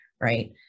Right